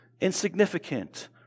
insignificant